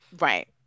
Right